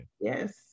yes